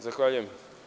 Zahvaljujem.